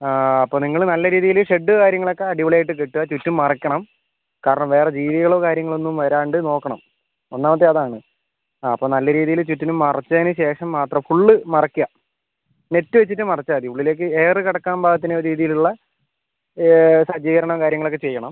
അപ്പം നിങ്ങൾ നല്ല രീതിയിൽ ഷെഡ് കാര്യങ്ങൾ ഒക്കെ അടിപൊളി ആയിട്ട് കെട്ടുക ചുറ്റും മറയ്ക്കണം കാരണം വേറെ ജീവികളോ കാര്യങ്ങൾ ഒന്നും വരാണ്ട് നോക്കണം ഒന്നാമത്തെ അതാണ് ആ അപ്പം നല്ല രീതിയിൽ ചുറ്റിനും മറച്ചതിന് ശേഷം മാത്രം ഫുൾ മറയ്ക്കുക നെറ്റ് വെച്ചിട്ട് മറച്ചാൽ മതി ഉള്ളിലേക്ക് എയർ കടക്കാൻ പാകത്തിന് രീതിയിൽ ഉള്ള സജ്ജീകരണം കാര്യങ്ങൾ ഒക്കെ ചെയ്യണം